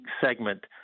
segment